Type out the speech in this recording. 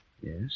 Yes